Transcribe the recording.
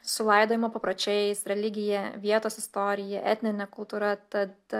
su laidojimo papročiais religija vietos istorija etnine kultūra tad